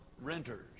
renters